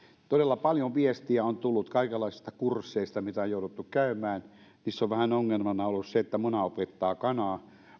todella paljon viestiä on tullut kaikenlaisista kursseista mitä on jouduttu käymään monessa tapauksessa on vähän ongelmana ollut se että muna opettaa kanaa